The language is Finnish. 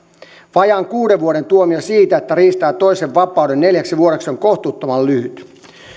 vajaan kuuden vuoden tuomio siitä että riistää toisen vapauden neljäksi vuodeksi on kohtuuttoman lyhyt